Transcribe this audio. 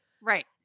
Right